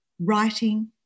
writing